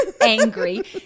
angry